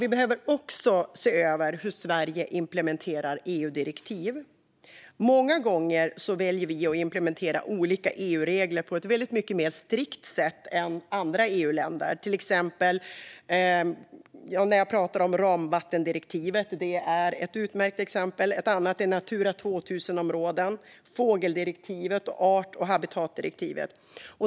Vi behöver också se över hur Sverige implementerar EU-direktiv. Många gånger väljer vi att implementera olika EU-regler på ett väldigt mycket mer strikt sätt än andra EU-länder. Det gäller till exempel ramvattendirektivet. Det är ett utmärkt exempel. Andra är Natura 2000-områden, fågeldirektivet och art och habitatdirektivet.